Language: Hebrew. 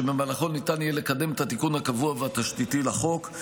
ובמהלכו ניתן יהיה לקדם את התיקון הקבוע והתשתיתי לחוק.